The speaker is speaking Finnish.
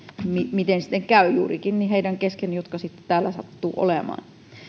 miten sitten käy juurikin heidän kesken jotka täällä sattuvat olemaan